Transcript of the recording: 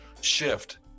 shift